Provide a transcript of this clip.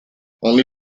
only